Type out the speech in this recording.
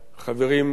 כפי שאמרנו,